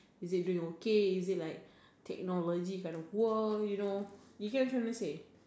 is it doing okay is it like technology kind of war you know you get what I'm trying to say